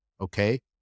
okay